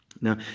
Now